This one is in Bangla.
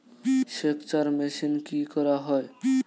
সেকচার মেশিন কি করা হয়?